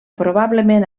probablement